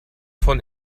von